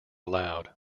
allowed